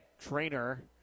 trainer